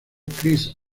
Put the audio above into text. chris